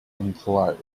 implode